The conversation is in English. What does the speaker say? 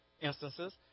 instances